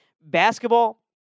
Basketball